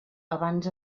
abans